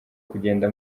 kugenda